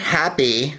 happy